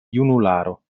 junularo